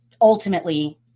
ultimately